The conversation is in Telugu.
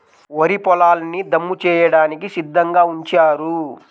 వరి పొలాల్ని దమ్ము చేయడానికి సిద్ధంగా ఉంచారు